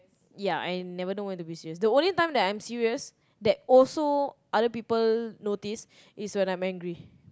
ya I never know when to be serious the only time that I'm serious that also other people notice is when I'm angry